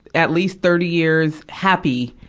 at least, thirty years, happy,